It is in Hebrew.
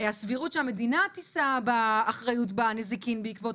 הסבירות שהמדינה תישא באחריות בנזיקין בעקבות